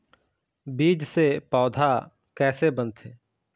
बीज से पौधा कैसे बनथे?